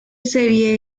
seria